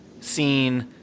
seen